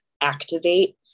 activate